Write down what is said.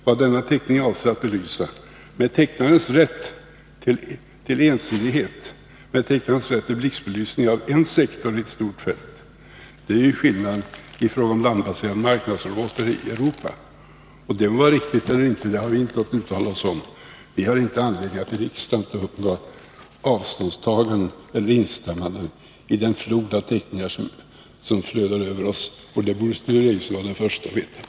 Vad denna teckning avser att belysa — med tecknarens rätt till ensidighet vid blixtbelysning av en sektor av ett stort fält — är skillnaden i fråga om landbaserade medeldistansrobotar i Europa. Det må vara riktigt eller inte; det har vi inte uttalat oss om. Vi har inte anledning att i riksdagen göra avståndstaganden eller instämmanden i den flod av teckningar som flödar över oss. Det borde Sture Ericson vara den förste att veta.